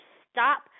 stop